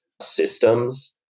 systems